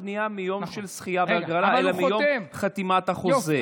הבנייה מהיום של הזכייה בהגרלה אלא מיום חתימת החוזה.